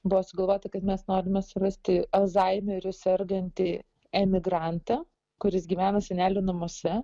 buvo sugalvota kad mes norime surasti alzheimeriu sergantį emigrantą kuris gyvena senelių namuose